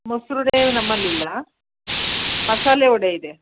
ಮೊಸ್ರು ವಡೆಯು ನಮ್ಮಲ್ಲಿಲ್ಲ ಮಸಾಲೆ ವಡೆ ಇದೆ